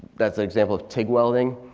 that's an example of tip welding.